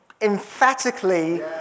emphatically